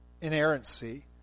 inerrancy